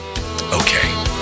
Okay